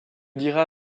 dira